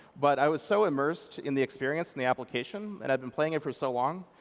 but i was so immersed in the experience in the application, and i'd been playing it for so long,